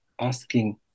asking